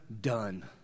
done